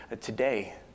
today